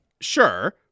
Sure